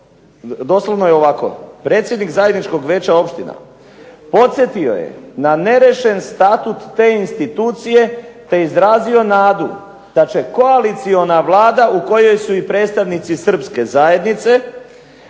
doslovno je ovako: "Predsednik zajedničkog veća opšitna podsetio je na nerešen statut te institucije, te izrazio nadu da će koaliciona vlada u kojoj su i predstavnici Srpske zajednice,